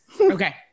Okay